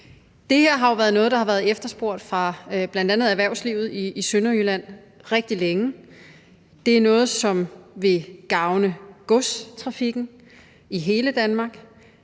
noget, der har været efterspurgt af bl.a. erhvervslivet i Sønderjylland rigtig længe. Det er noget, der vil gavne godstrafikken i hele Danmark.